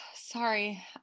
Sorry